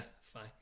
fine